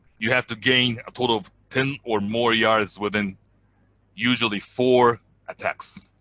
you have to gain a total of ten or more yards within usually four attacks,